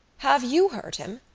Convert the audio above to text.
have you heard him?